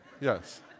Yes